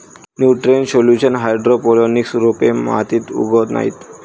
nutrient solution hydroponics रोपे मातीत उगवत नाहीत